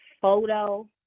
photo